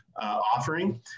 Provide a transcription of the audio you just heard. offering